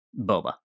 boba